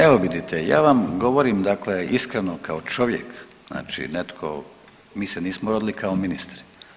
Evo vidite, ja vam govorim dakle iskreno kao čovjek, znači netko, mi se nismo rodili kao ministri.